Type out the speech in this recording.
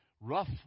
rough